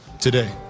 today